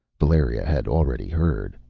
valeria had already heard,